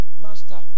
Master